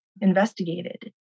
investigated